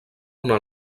una